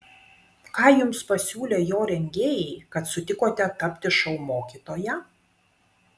ką jums pasiūlė jo rengėjai kad sutikote tapti šou mokytoja